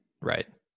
Right